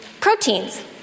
proteins